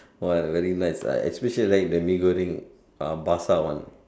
!wah! very nice lah I especially like the mee-goreng ah basah:basah one